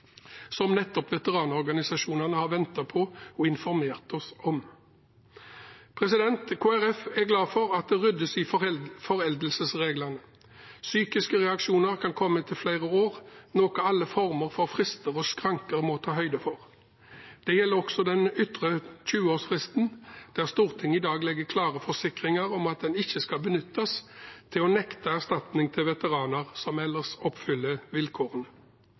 som nettopp veteranorganisasjonene har ventet på og informert oss om. Kristelig Folkeparti er glad for at det ryddes i foreldelsesreglene. Psykiske reaksjoner kan komme etter flere år, noe alle former for frister og skranker må ta høyde for. Det gjelder også den ytre tjueårsfristen, der Stortinget i dag legger klare forsikringer om at den ikke skal benyttes til å nekte erstatning til veteraner som ellers oppfyller vilkårene.